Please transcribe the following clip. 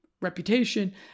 reputation